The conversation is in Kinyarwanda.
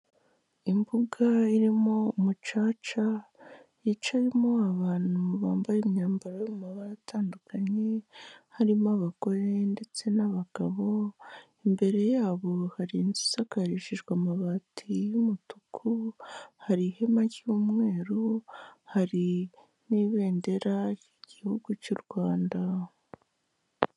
Imbuga irimo umucaca yicayemo abantu bambaye imyambaro yo mu mabara atandukanye, harimo abagore ndetse n'abagabo, imbere ya bo hari inzu isakarishijwe amabati y'umutuku, hari ihema ry'umweru, hari n'ibendera ry'Igihugu cy'u Rwanda.